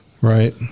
Right